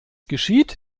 geschieht